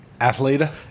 Athleta